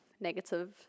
negative